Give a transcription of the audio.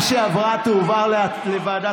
לך לפרלמנט